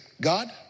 God